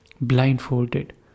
blindfolded